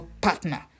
partner